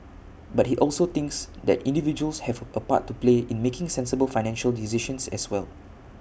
but he also thinks that individuals have A part to play in making sensible financial decisions as well